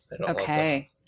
Okay